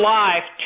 life